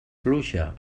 pluja